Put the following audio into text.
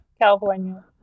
California